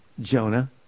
Jonah